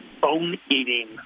bone-eating